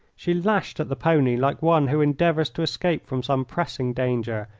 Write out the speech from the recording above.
she lashed at the pony like one who endeavours to escape from some pressing danger,